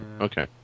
Okay